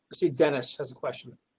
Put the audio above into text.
see, dennis has a question.